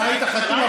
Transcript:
אתה היית חתום,